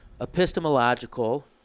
epistemological